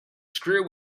screw